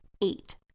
Eight